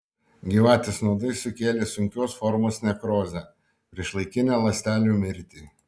gyvatės nuodai sukėlė sunkios formos nekrozę priešlaikinę ląstelių mirtį